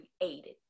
created